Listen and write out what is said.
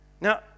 Now